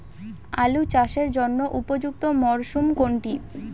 আলু চাষের জন্য উপযুক্ত মরশুম কোনটি?